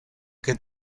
que